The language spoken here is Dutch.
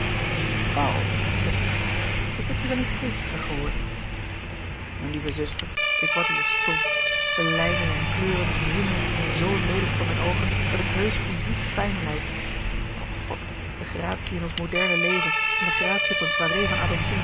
paul zei constance ik heb je wel eens geestiger gehoord mijn lieve zuster ik word hier stomp de lijnen en kleuren wriemelen hier zoo leelijk voor mijn oogen dat ik heusch fyziek pijn lijd o god de gratie in ons moderne leven en de gratie op een soirée van